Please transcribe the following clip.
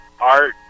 art